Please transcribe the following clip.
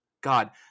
God